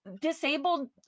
disabled